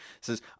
says